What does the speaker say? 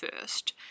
first